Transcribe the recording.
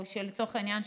או לצורך העניין,